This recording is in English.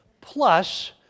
Plus